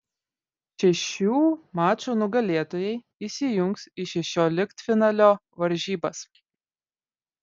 šešių mačų nugalėtojai įsijungs į šešioliktfinalio varžybas